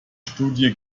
studie